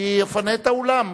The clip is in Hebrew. שיפנה את האולם.